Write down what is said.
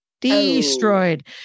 destroyed